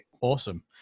Awesome